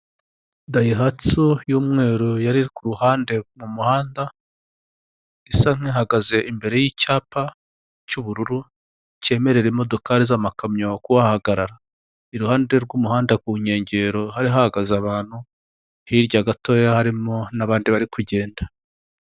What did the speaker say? Dayihatso y'uweru yariri ku ruhande mu muhanda isa nkihagaze imbere y'icyapa cy'ubururu cyemerera imodokari z'amakamyo kuhahagarara. Iruhande rw'umuhanda ku nyengero hari hahagaze abantu hirya gatoya harimo n'abandi bari kugenda.